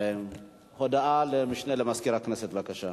הודעה למשנה למזכירת הכנסת, בבקשה.